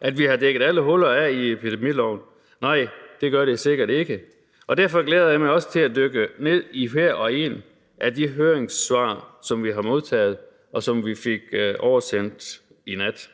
at vi har dækket alle huller af i epidemiloven? Nej, det gør det sikkert ikke. Og derfor glæder jeg mig også til at dykke ned i hvert og et af de høringssvar, som vi har modtaget, og som vi fik oversendt i nat.